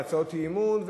בהצעות אי-אמון,